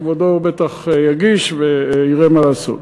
כבודו בטח יגיש ויראה מה לעשות.